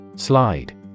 Slide